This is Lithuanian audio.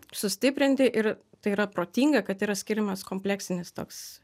sustiprinti ir tai yra protinga kad yra skiriamas kompleksinis toks